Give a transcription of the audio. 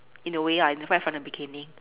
in a way lah right from the beginning